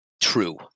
true